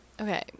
okay